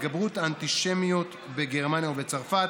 יעקב אשר ועליזה לביא בנושא: התגברות האנטישמיות בגרמניה ובצרפת.